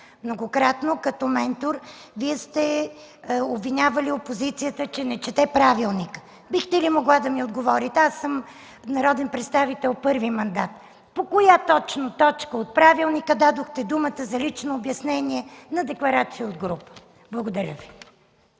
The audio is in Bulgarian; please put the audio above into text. Многократно, като ментор, Вие сте обвинявали опозицията, че не чете правилника. Бихте ли ми отговорили, аз съм народен представител първи мандат, по коя точно точка от правилника дадохте дума за лично обяснение на декларация от група? Благодаря Ви.